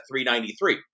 393